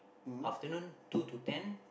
afternoon two to ten